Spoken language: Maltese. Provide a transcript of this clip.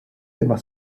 imma